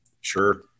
Sure